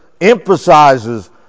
emphasizes